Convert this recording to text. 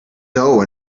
dough